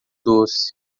doce